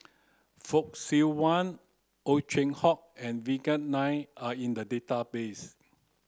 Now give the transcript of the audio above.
Fock Siew Wah Ow Chin Hock and Vikram Nair are in the database